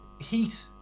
heat